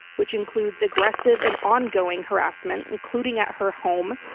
which includes aggressive and ongoing harassment, including at her home,